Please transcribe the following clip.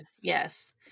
Yes